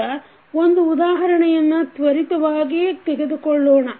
ಈಗ ಒಂದು ಉದಾಹರಣೆಯನ್ನು ತ್ವರಿತವಾಗಿ ತೆಗೆದುಕೊಳ್ಳೋಣ